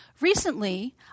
Recently